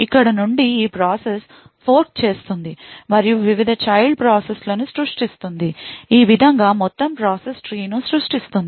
ఇక్కడ నుండి ఈ ప్రాసెస్ ఫోర్క్ చేస్తుంది మరియు వివిధ చైల్డ్ ప్రాసెస్లను సృష్టిస్తుంది ఈ విధంగా మొత్తం ప్రాసెస్ ట్రీను సృష్టిస్తుంది